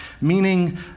meaning